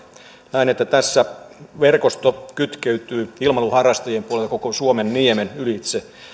näen että tässä verkosto kytkeytyy ilmailuharrastajien puolelta koko suomenniemen ylitse